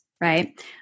right